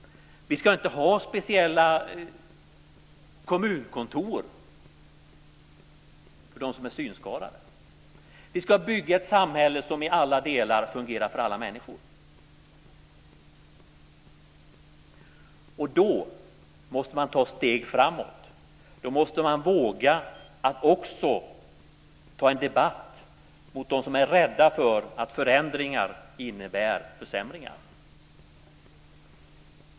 Vi ska inte ha speciella kommunkontor för dem som är synskadade. Vi ska bygga ett samhälle som i alla delar fungerar för alla människor. Då måste man ta steg framåt. Då måste man våga att ta en debatt mot dem som är rädda för att förändringar innebär försämringar.